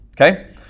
Okay